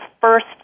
first